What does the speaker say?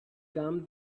came